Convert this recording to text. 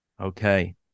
Okay